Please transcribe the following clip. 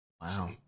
Wow